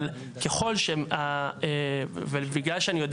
אבל ככל, בגלל שאני יודע